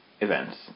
events